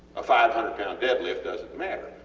a five hundred lb deadlift doesnt matter